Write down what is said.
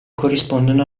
corrispondono